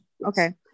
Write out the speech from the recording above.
Okay